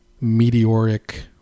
meteoric